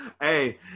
Hey